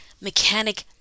mechanic